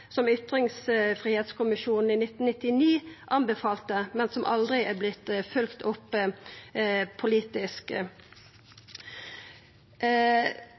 1999 anbefalte, men ein har aldri følgt det opp